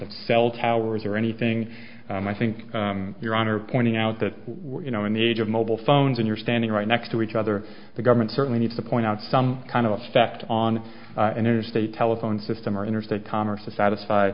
of cell towers or anything i think your honor pointing out that you know in the age of mobile phones and you're standing right next to each other the government certainly needs to point out some kind of effect on interstate telephone system or interstate commerce to satisf